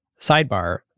Sidebar